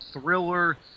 thriller